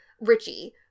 Richie